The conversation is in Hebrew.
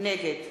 נגד